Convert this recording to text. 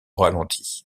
ralenti